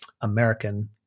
American